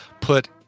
put